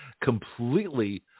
completely